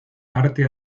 parte